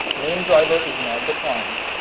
named driver is not defined.